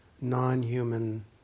non-human